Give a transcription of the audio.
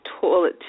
toilet